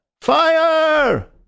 Fire